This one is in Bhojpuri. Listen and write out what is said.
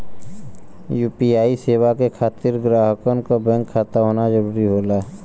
यू.पी.आई सेवा के खातिर ग्राहकन क बैंक खाता होना जरुरी होला